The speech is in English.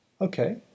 Okay